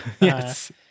yes